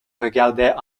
regardaient